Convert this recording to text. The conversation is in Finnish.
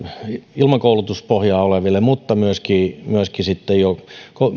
ilman koulutuspohjaa oleville mutta myöskin myöskin sitten jo